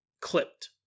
clipped